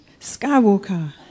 Skywalker